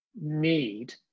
need